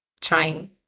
trying